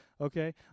okay